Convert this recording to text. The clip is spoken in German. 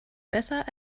besser